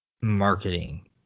marketing